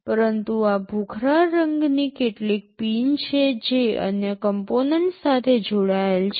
પરંતુ આ ભૂખરા રંગની કેટલીક પિન છે જે અન્ય કોમ્પોનેન્ટસ સાથે જોડાયેલ છે